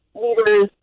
leaders